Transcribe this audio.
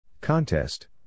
Contest